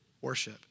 worship